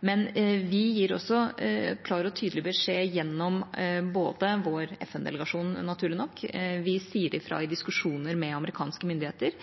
Vi gir også klar og tydelig beskjed gjennom vår FN-delegasjon, naturlig nok, og vi sier ifra i diskusjonene med amerikanske myndigheter.